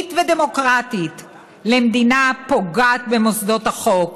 יהודית ודמוקרטית למדינה הפוגעת במוסדות החוק,